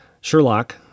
Sherlock